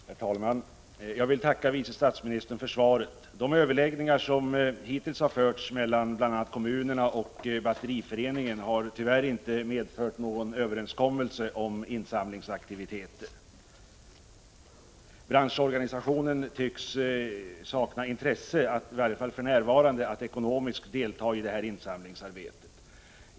Herr talman! Jag vill tacka vice statsministern för svaret. De överläggningar som hittills har förts mellan bl.a. kommunerna och Batteriföreningen har tyvärr inte medfört någon överenskommelse om insamlingsaktiviteter. Branschorganisationen tycks för närvarande sakna intresse av att ekonomiskt delta i detta insamlingsarbete.